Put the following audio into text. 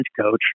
coach